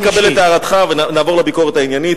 אני מקבל את הערתך, ונעבור לביקורת העניינית.